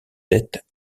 dettes